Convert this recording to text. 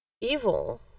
Evil